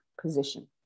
position